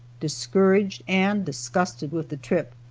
discouraged and disgusted with the trip,